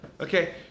Okay